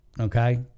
Okay